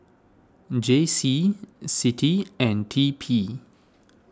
J C Citi and T P